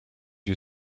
you